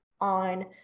on